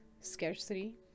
scarcity